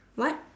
what